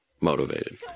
motivated